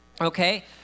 Okay